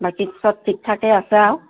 বাকী সব ঠিক ঠাকেই আছে আৰু